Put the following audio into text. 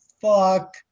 fuck